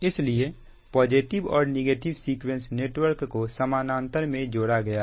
इसलिए पॉजिटिव और negative sequence network को समानांतर में जोड़ा गया है